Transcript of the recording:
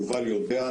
יובל יודע,